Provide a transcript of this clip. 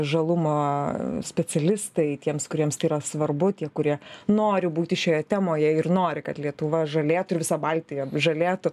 žalumo specialistai tiems kuriems tai yra svarbu tie kurie nori būti šioje temoje ir nori kad lietuva žalėtų ir visa baltija žalėtų